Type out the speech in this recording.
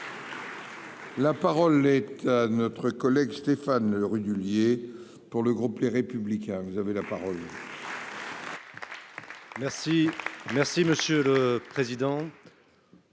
La parole est à notre collègue Stéphane Le Rudulier pour le groupe Les Républicains, vous avez la parole. Merci, merci Monsieur le Président.